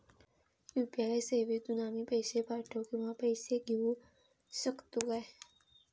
UPI सेवेतून आम्ही पैसे पाठव किंवा पैसे घेऊ शकतू काय?